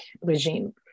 regime